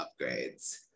upgrades